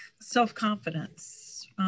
self-confidence